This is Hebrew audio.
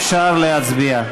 אפשר להצביע.